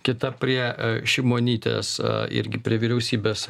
kita prie šimonytės irgi prie vyriausybės